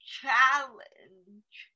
challenge